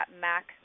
Mac